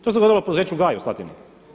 To se dogodilo u poduzeću GAJ u Slatini.